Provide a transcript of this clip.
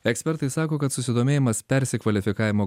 ekspertai sako kad susidomėjimas persikvalifikavimo